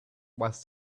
was